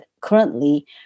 currently